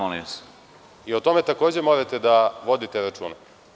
O tome takođe morate da vodite računa.